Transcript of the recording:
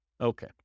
Okay